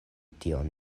tion